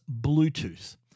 Bluetooth